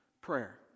prayer